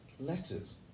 letters